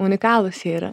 unikalūs jie yra